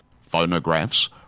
phonographs